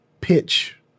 pitch